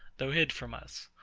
though hid from us.